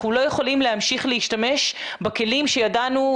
אנחנו לא יכולים להמשיך להשתמש בכלים שידענו,